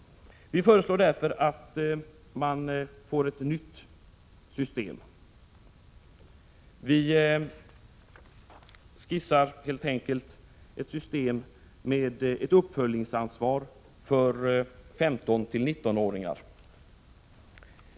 Vi föreslår därför att man inför ett nytt system. Vi skissar helt enkelt ett system med ett uppföljningsansvar för 15-19-åringar.